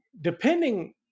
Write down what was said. depending